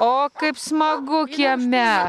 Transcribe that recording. o kaip smagu kieme